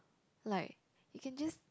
like you can just